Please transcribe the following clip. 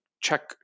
check